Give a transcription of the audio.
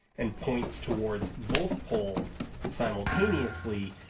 and points towards both poles simultaneously,